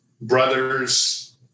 brothers